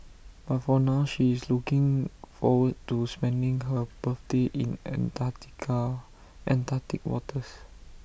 but for now she is looking forward to spending her birthday in Antarctica Antarctic waters